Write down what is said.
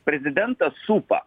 prezidentą supa